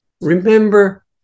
Remember